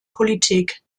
politik